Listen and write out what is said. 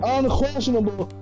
unquestionable